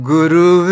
Guru